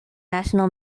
national